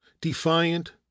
defiant